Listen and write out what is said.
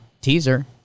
Teaser